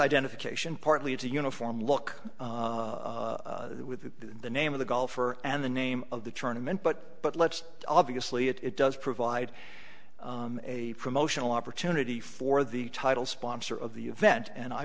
identification partly it's a uniform look with the name of the golfer and the name of the tournament but but let's obviously it does provide a promotional opportunity for the title sponsor of the event and i